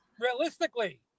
realistically